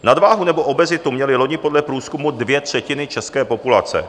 Nadváhu nebo obezitu měly loni podle průzkumu dvě třetiny české populace.